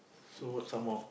so what some more